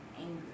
angry